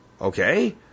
okay